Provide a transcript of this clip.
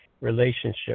relationship